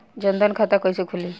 जनधन खाता कइसे खुली?